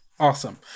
awesome